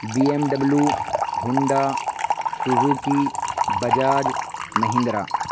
BMW Honda Suzuki Bajaj Mahindra